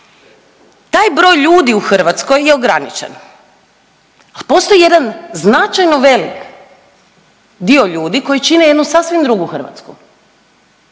taj broj ljudi u Hrvatskoj je ograničen. Postoji jedan značajno velik dio ljudi koji čine jednu sasvim drugu Hrvatsku.